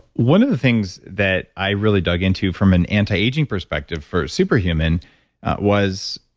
one of the things that i really dug into from an anti-aging perspective for super human was,